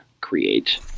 Create